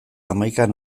hamaikan